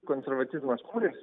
konservatizmas kūrėsi